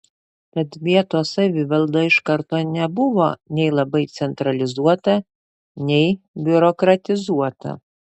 tad vietos savivalda iš karto nebuvo nei labai centralizuota nei biurokratizuota